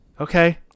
Okay